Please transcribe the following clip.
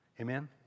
Amen